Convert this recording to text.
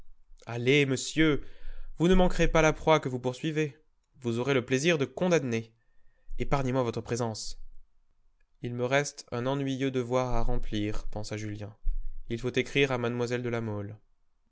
allez monsieur vous ne manquerez pas la proie que vous poursuivez vous aurez le plaisir de condamner épargnez-moi votre présence il me reste un ennuyeux devoir à remplir pensa julien il faut écrire à mlle de la mole